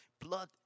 blood